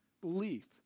belief